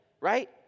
right